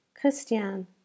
Christian